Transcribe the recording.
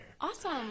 Awesome